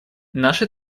наше